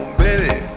baby